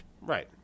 Right